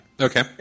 Okay